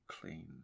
clean